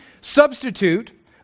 substitute